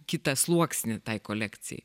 kitą sluoksnį tai kolekcijai